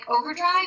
overdrive